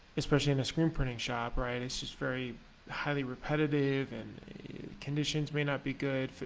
especially in a screen printing shop, right? it's just very highly repetitive and conditions may not be good,